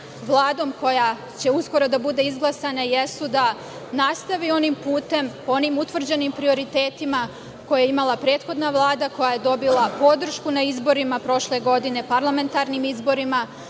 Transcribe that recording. Vladom, koja će uskoro da bude izglasana, jesu da nastavi onim putem, onim utvrđenim prioritetima, koje je imala prethodna Vlada, koja je dobila podršku na izborima prošle godine, parlamentarnim izborima.